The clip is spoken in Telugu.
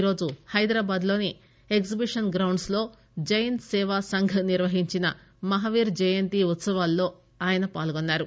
ఈరోజు హైదరాబాద్ లోని ఎగ్లిబిషన్ గ్రౌండ్స్ లో జైన్ సేవా సంఘ్ నిర్వహించిన మహవీర్ జయంతి ఉత్పవాల్లో ఆయన పాల్గొన్నారు